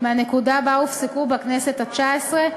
מהנקודה שבה הופסקו בכנסת התשע-עשרה,